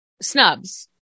snubs